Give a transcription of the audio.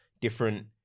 different